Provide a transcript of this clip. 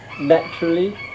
naturally